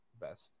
best